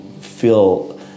feel